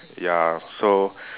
ya so